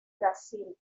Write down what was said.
brasil